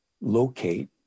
locate